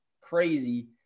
crazy